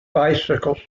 bicycles